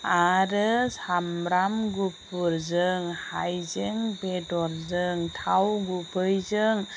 आरो साम्ब्राम गुफुरजों हाइजें बेदरजों थाव गुबैजों